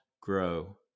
grow